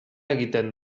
egiten